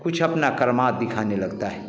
कुछ अपना करामात दिखाने लगता है